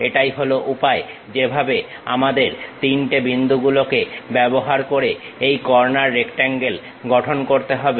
এটাই হলো উপায় যেভাবে আমাদের 3 টে বিন্দু গুলোকে ব্যবহার করে এই কর্নার রেক্টাঙ্গেল গঠন করতে হবে